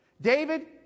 David